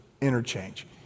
Interchange